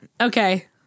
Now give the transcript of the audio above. Okay